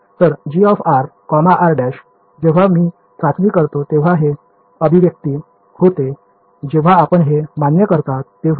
तर gr r′ जेव्हा मी चाचणी करतो तेव्हा हे अभिव्यक्ती होते जेव्हा आपण हे मान्य करता तेव्हाच